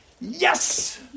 Yes